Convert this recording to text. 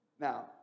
Now